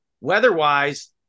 weather-wise